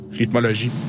rythmologie